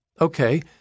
Okay